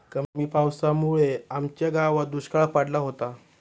कमी पावसामुळे आमच्या गावात दुष्काळ पडला होता